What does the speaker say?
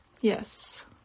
Yes